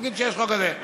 נגיד שיש חוק כזה.